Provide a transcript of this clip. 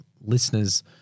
listeners